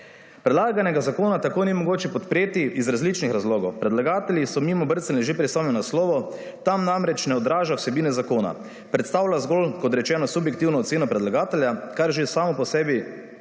Predlaganega zakona tako ni mogoče podpreti iz različnih razlogov. Predlagatelji so mimo brcnili že pri samem naslovu, tam namreč ne odraža vsebine zakona, predstavlja zgolj kot rečeno subjektivno oceno predlagatelja, kar že samo po sebi